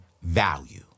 value